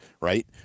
right